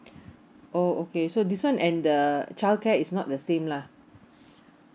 oh okay so this one and the childcare is not the same lah